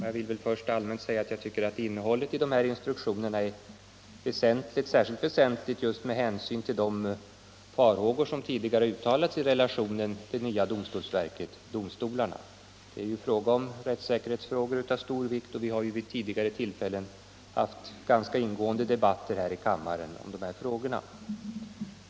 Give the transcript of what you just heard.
Jag vill först helt allmänt framhålla att innehållet i dessa instruktioner är särskilt väsentligt just med hänsyn till de farhågor som tidigare uttalats när det gäller relationen mellan det nya domstolsverket och domstolarna. Den är en rättssäkerhetsfråga av stor vikt. Vi har vid tidigare tillfällen haft ganska ingående debatter här i kammaren om dessa saker.